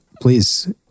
please